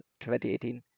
2018